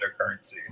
cryptocurrency